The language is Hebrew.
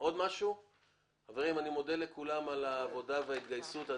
אני מודה לכולם על העבודה וההתגייסות.